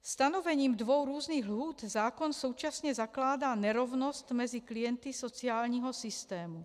Stanovením dvou různých lhůt zákon současně zakládá nerovnost mezi klienty sociálního systému.